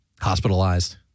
hospitalized